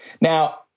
Now